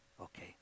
Okay